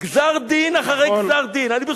גזר-דין אחרי גזר-דין, נכון.